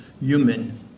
human